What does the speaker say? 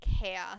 chaos